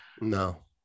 no